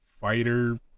fighter